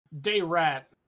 Day-rat